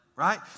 right